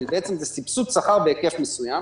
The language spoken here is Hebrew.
כי זה בעצם סבסוד שכר בהיקף מסוים.